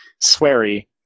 sweary